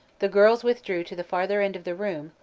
the girls withdrew to the farther end of the room,